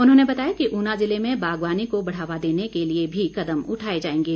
उन्होंने बताया कि ऊना ज़िले में बागवानी को बढ़ावा देने के लिए भी कदम उठाए जाएंगे